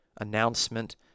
announcement